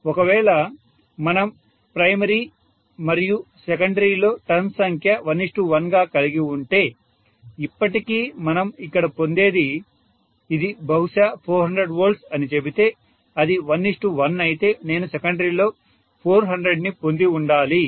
ఒకవేళ మనం ప్రైమరీ మరియు సెకండరీ లో టర్న్స్ సంఖ్య 11 గా కలిగి ఉంటే ఇప్పటికీ మనం ఇక్కడ పొందేది ఇది బహుశా 400V అని చెబితే అది 11 అయితే నేను సెకండరీలో 400ని పొంది ఉండాలి